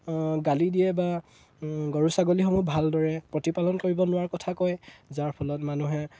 গালি দিয়ে বা গৰু ছাগলীসমূহ ভালদৰে প্ৰতিপালন কৰিব নোৱাৰাৰ কথা কয় যাৰ ফলত মানুহে